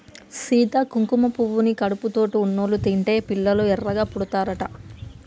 సీత కుంకుమ పువ్వుని కడుపుతోటి ఉన్నోళ్ళు తింటే పిల్లలు ఎర్రగా పుడతారట